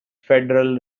federal